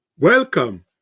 Welcome